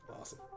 Awesome